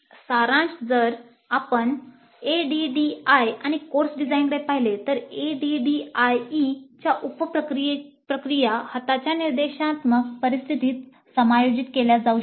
सारांश जर आपण ADDIE आणि कोर्स डिझाइनकडे पाहिले तर ADDIE च्या उप प्रक्रिया निर्देशात्मक परिस्थितीत समायोजित केल्या जाऊ शकतात